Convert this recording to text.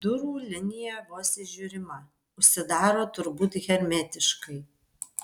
durų linija vos įžiūrima užsidaro turbūt hermetiškai